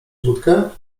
wódkę